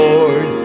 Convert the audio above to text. Lord